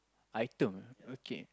item okay